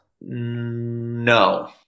no